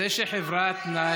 שזו גם זכותם?